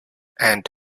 and